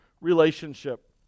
relationship